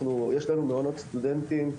יש לנו מעונות סטודנטים,